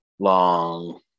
Long